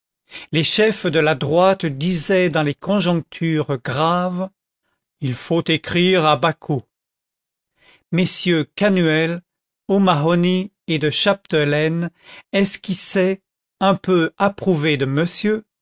les chefs de la droite disaient dans les conjonctures graves il faut écrire à bacot mm canuel o'mahony et de chappedelaine esquissaient un peu approuvés de monsieur